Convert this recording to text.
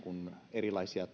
erilaisia